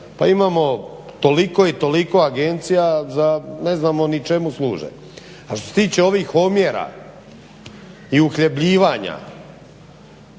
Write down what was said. Pa imamo toliko i toliko agencija za ne znamo ni čemu služe. A što se tiče ovih omjera i uhljebljivanja,